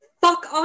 fuck